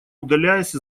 удаляясь